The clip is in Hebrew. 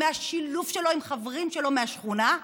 מהשילוב שלו עם חברים שלו מהשכונה,